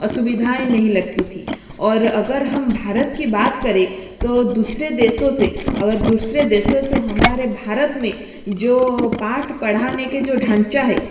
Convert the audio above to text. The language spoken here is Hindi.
असुविधाएँ नहीं लगती थी और अगर हम भारत की बात करें तो दूसरे देशों से अगर दूसरे देशों से हमारे भारत में जो पाठ पढ़ाने के जो ढाँचा है